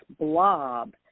blob